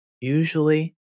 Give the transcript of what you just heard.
usually